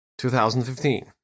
2015